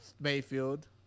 Mayfield